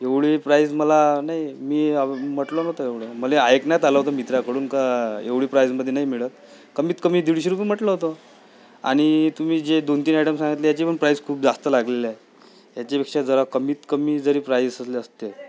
एवढी प्राईस मला नाही मी म्हटलं नव्हतं एवढं मला ऐकण्यात आलं होतं मित्राकडून का एवढी प्राईसमध्ये नाही मिळत कमीत कमी दीडशे रुपये म्हटलं होतं आणि तुम्ही जे दोन तीन आयटम सांगितले त्यांची पण प्राईस खूप जास्त लागलेली आहे ह्याच्यापेक्षा जरा कमीतकमी जरी प्राईस असले असते